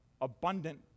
abundant